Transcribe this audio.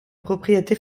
propriété